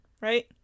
right